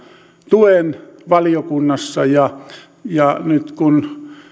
tuen valiokunnassa ja ja nyt kun